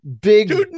big